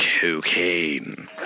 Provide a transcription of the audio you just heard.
cocaine